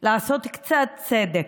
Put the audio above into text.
לעשות קצת צדק,